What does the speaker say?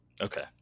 Okay